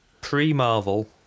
pre-Marvel